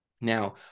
Now